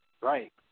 Right